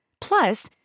Plus